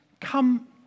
come